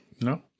No